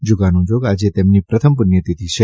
જાગાનુજાગ આજે તેમની પ્રથમ પુષ્યતિથિ છે